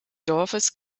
dorfes